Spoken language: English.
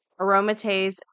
aromatase